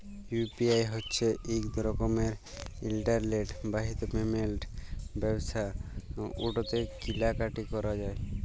UPI হছে ইক রকমের ইলটারলেট বাহিত পেমেল্ট ব্যবস্থা উটতে কিলা কাটি ক্যরা যায়